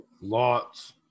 Lots